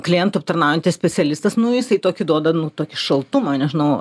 klientą aptarnaujantis specialistas nu jisai tokį duoda nu tokį šaltumą nežinau